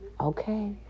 okay